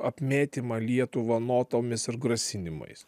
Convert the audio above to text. apmėtymą lietuvą notomis ir grasinimais